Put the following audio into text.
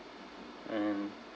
and